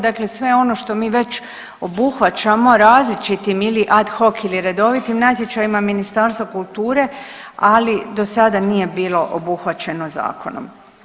Dakle, sve ono što mi već obuhvaćamo različitim ili ad hoc ili redovitim natječajima Ministarstva kulture, ali do sada nije bilo obuhvaćeno zakonom.